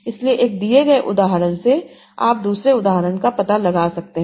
इसलिए एक दिए गए उदाहरण से आप दूसरे उदाहरण का पता लगा सकते हैं